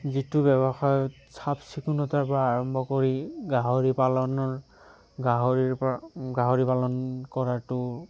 যিটো ব্যৱসায়ত চাফ চিকুণতাৰ পৰা আৰম্ভ কৰি গাহৰি পালনৰ গাহৰিৰ পৰা গাহৰি পালন কৰাতো